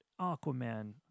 Aquaman